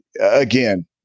again